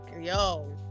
Yo